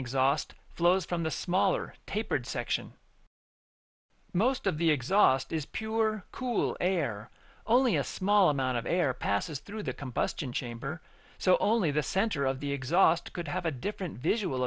exhaust flows from the smaller tapered section most of the exhaust is pure cool air only a small amount of air passes through the combustion chamber so only the center of the exhaust could have a different visual